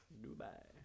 dubai